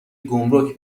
گمرک